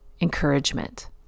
encouragement